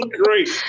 great